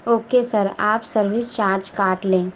okay sir آپ service charge کاٹ لیں